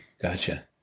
gotcha